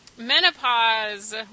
menopause